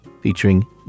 featuring